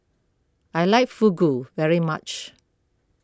I like Fugu very much